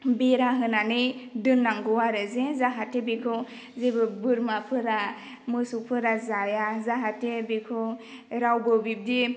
बेरा होनानै दोननांगौ आरो जे जाहाथे बेखौ जेबो बोरमाफोरा मोसौफोरा जाया जाहाथे बेखौ रावबो बिब्दि